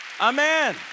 Amen